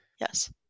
Yes